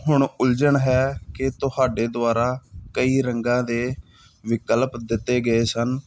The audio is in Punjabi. ਹੁਣ ਉਲਝਣ ਹੈ ਕਿ ਤੁਹਾਡੇ ਦੁਆਰਾ ਕਈ ਰੰਗਾਂ ਦੇ ਵਿਕਪਲ ਦਿੱਤੇ ਗਏ ਸਨ